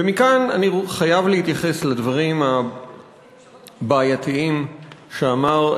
ומכאן אני חייב להתייחס לדברים הבעייתיים שאמר,